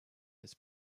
his